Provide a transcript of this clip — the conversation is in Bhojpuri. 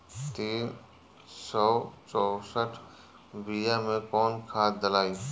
तीन सउ चउसठ बिया मे कौन खाद दलाई?